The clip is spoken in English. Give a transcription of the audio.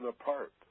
apart